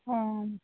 ହଁ